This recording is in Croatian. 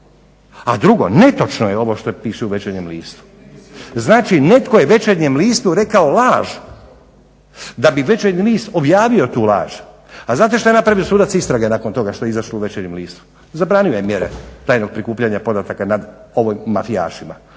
A drugo, netočno je ovo što piše u Večernjem listu. Znači, netko je Večernjem listu rekao laž, da bi Večernji list objavio tu laž. A znate šta je napravio sudac istrage nakon što je izašlo u Večernjem listu? Zabranio je mjere tajnog prikupljanja podataka nad ovim mafijašima,